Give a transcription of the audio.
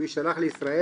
הוא יישלח לישראל.